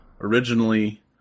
originally